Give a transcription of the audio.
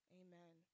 amen